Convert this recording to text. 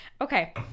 Okay